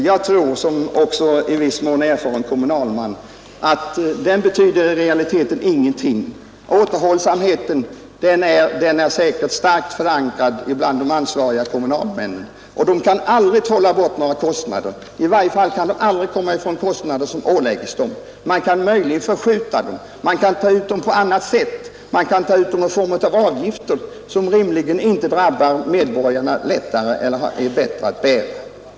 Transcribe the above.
Jag tror — såsom också i viss mån erfaren kommunalman — att överenskommelsen i realiteten betyder ingenting. Återhållsamheten är säkert starkt förankrad bland de ansvariga kommunalmännen, och de kan aldrig trolla bort några kostnader, i varje fall kan de aldrig komma ifrån kostnader som åläggs kommunerna. De kan möjligen förskjuta dem, eller ta ut dem på annat sätt, t.ex. i form av avgifter som rimligen inte är lättare att bära för medborgarna.